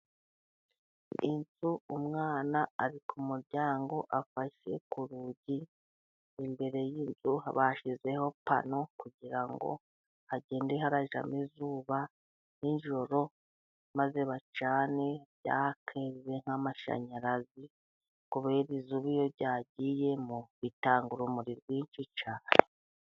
Inzu, umwana ari ku muryango afashe ku rugi. Imbere y'inzu bashyizeho pano kugira ngo hagende harajyamo izuba nijoro maze bacane ryake bibe nk'amashanyarazi. Kubera izuba iyo ryagiyemo bitanga urumuri rwinshi cyane.